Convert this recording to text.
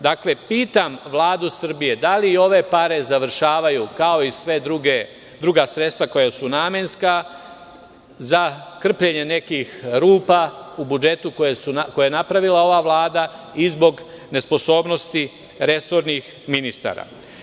Pitam Vladu Srbije – da li ove pare završavaju kao i sva druga sredstva koja su namenska za krpljenje nekih rupa u budžetu koji je napravila ova Vlada i zbog nesposobnosti resornih ministara?